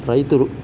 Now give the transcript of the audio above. రైతు